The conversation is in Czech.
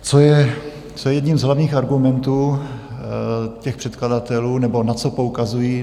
Co je jedním z hlavních argumentů předkladatelů nebo na co poukazují?